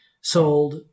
sold